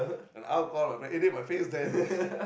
then I will call my friend eh dey my face there leh